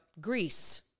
Greece